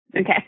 Okay